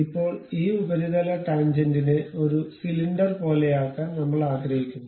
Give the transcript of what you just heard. ഇപ്പോൾ ഈ ഉപരിതല ടാൻജെന്റിനെ ഒരു സിലിണ്ടർ പോലെയാക്കാൻ നമ്മൾ ആഗ്രഹിക്കുന്നു